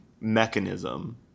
mechanism